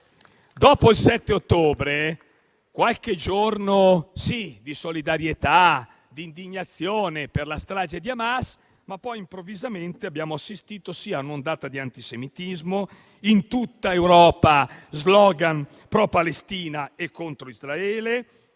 sono stati, sì, qualche giorno di solidarietà e di indignazione per la strage di Hamas, ma poi, improvvisamente, abbiamo assistito a un'ondata di antisemitismo, con *slogan* pro Palestina e contro Israele